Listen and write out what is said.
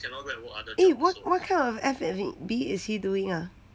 eh what what kind of F&B is he doing uh